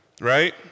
Right